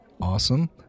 awesome